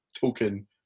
token